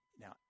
now